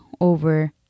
over